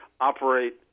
operate